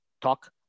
talk